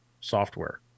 software